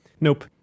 Nope